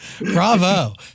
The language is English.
bravo